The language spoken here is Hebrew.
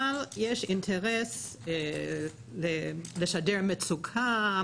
אבל יש אינטרס לשדר מצוקה,